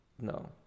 No